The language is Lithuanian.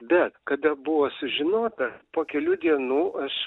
bet kada buvo sužinota po kelių dienų aš